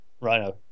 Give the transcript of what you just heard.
Rhino